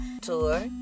Tour